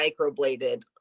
microbladed